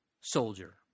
soldier